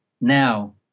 now